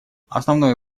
основное